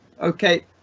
Okay